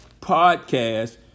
podcast